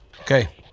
Okay